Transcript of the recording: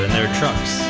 their trucks.